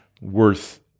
worth